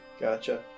Gotcha